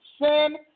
sin